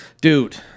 Dude